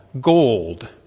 gold